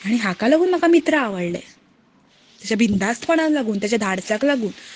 आनी हाका लागून म्हाका मित्र आवडलें ताच्या बिंदास्तपणाक लागून ताच्या धाडसाक लागून